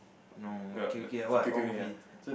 no okay okay what what movie